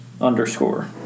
underscore